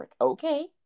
okay